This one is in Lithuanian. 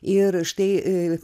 ir štai